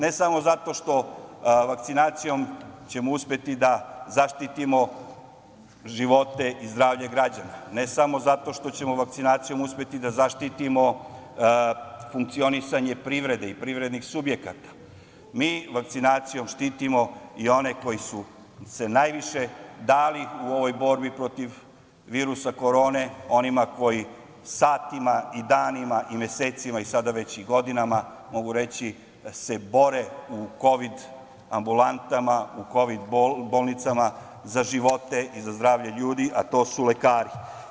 Ne samo zato što vakcinacijom ćemo uspeti da zaštitimo živote i zdravlje građana, ne samo zato što ćemo vakcinacijom uspeti da zaštitimo funkcionisanje privrede i privrednih subjekata, mi vakcinacijom štitimo i one koji su se najviše dali u ovoj borbi protiv virusa korone, onima koji satima, danima i mesecima, sada već i godinama, mogu reći se bore u kovid ambulantama, u kovid bolnicama za živote i za zdravlje ljudi, a to su lekari.